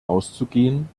auszugehen